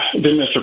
mr